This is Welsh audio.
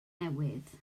newydd